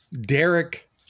Derek